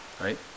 right